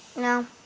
no.